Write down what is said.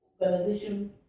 organization